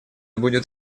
будет